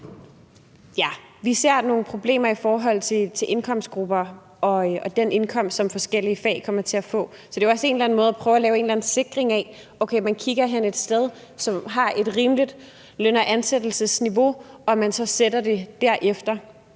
at der er nogle problemer i forhold til indkomstgrupper og den indkomst, som forskellige fag kommer til at få. Så det er også en eller anden måde at prøve at lave en sikring af det på, hvor man kigger et sted hen, som har et rimeligt løn- og ansættelsesniveau, og så sætter man det derefter.